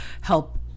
help